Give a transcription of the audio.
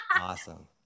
Awesome